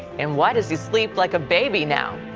and why does he sleep like a baby now?